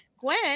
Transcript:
Gwen